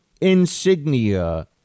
insignia